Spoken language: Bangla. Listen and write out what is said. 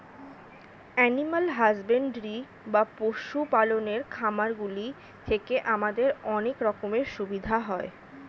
এনিম্যাল হাসব্যান্ডরি বা পশু পালনের খামারগুলি থেকে আমাদের অনেক রকমের সুবিধা হয়